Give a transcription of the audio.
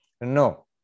No